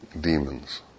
demons